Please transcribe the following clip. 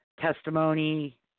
testimony –